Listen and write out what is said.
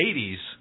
80s